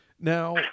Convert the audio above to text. Now